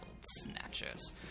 snatchers